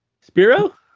Spiro